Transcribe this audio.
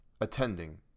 attending